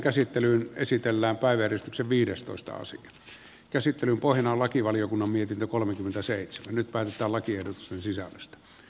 käsittelyn pohjana on lakivaliokunnan mietintö kolmekymmentäseitsemän valmistalakiehdotusten sisällöstä